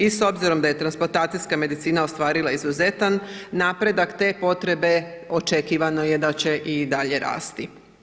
I s obzirom da je transplatacijska medicina ostvarila izuzetan napredak te potrebe očekivano je da će i dalje rasti.